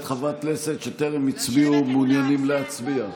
חברת כנסת שטרם הצביעו ומעוניינים להצביע?